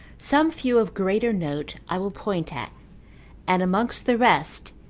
some few of greater note i will point at and amongst the rest,